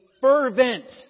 fervent